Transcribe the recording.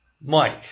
Mike